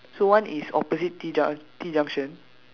so one is opposite T-junc~ T-junction